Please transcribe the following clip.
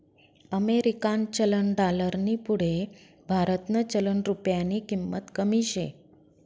अमेरिकानं चलन डालरनी पुढे भारतनं चलन रुप्यानी किंमत कमी शे